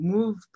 Move